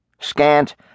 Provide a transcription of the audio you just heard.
Scant